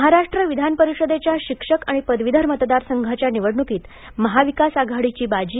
महाराष्ट्र विधान परिषदेच्या शिक्षक आणि पदवीधर मतदारसंघाच्या निवडणुकीत महाविकास आघाडीची बाजी